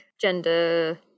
gender